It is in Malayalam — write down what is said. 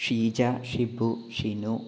ഷീജ ഷിബു ഷിനു